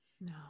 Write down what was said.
No